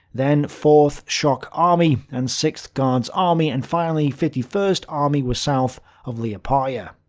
then fourth shock army and sixth guards army, and finally fifty first army were south of liepaja.